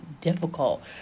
difficult